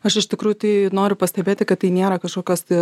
aš iš tikrųjų tai noriu pastebėti kad tai nėra kažkokios tai